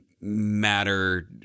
matter